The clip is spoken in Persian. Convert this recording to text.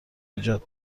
ایجاد